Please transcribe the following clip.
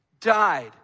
died